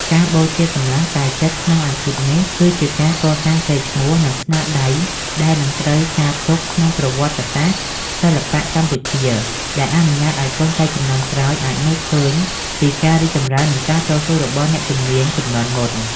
ការបូជាកម្លាំងកាយចិត្តក្នុងអាជីពនេះ គឺជាការកសាងកេរ្តិ៍ឈ្មោះ និងស្នាដៃដែលនឹងត្រូវចារទុកក្នុងប្រវត្តិសាស្ត្រសិល្បៈកម្ពុជា ដែលអនុញ្ញាតឱ្យកូនចៅជំនាន់ក្រោយអាចមើលឃើញពីការរីកចម្រើន និងការតស៊ូរបស់អ្នកជំនាញជំនាន់មុន។